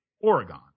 Oregon